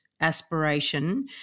aspiration